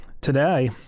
Today